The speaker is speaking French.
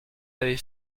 avez